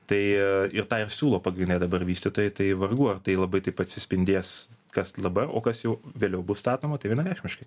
tai ir tą ir siūlo pagrinde dabar vystytojai tai vargu ar tai labai taip atsispindės kas labar o kas jau vėliau bus statoma tai vienareikšmiškai